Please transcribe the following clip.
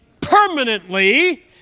permanently